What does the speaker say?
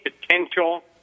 potential